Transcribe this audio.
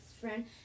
friend